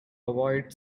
avoid